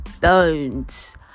bones